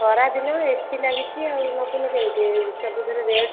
ଖରାଦିନ ଏସି ଲାଗିଛି ଆଉ ନେବୁନି କେମିତି ଏ ସବୁଥିରେ ରେଟ୍